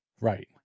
Right